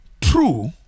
true